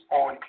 on